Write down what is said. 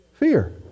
fear